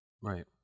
right